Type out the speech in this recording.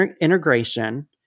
integration